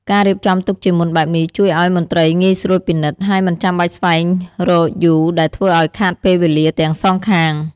ការរៀបចំទុកជាមុនបែបនេះជួយឱ្យមន្ត្រីងាយស្រួលពិនិត្យ ហើយមិនចាំបាច់ស្វែងរកយូរដែលធ្វើឱ្យខាតពេលវេលាទាំងសងខាង។